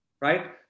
right